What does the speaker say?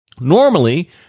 Normally